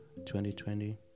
2020